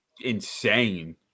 insane